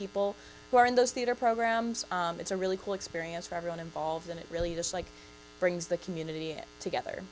people who are in those theater programs it's a really cool experience for everyone involved and it really dislike brings the community together